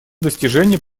достижения